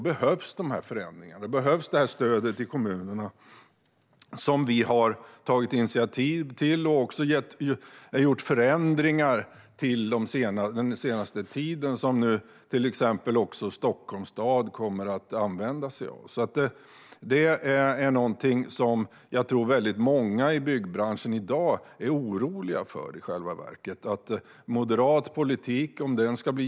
Men våra satsningar och det stöd till kommunerna som vi har tagit initiativ till behövs. Vi har också gjort förändringar den senaste tiden som till exempel Stockholms stad kommer att använda sig av. Jag tror att många i byggbranschen är oroliga för den moderata politiken.